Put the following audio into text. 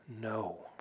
no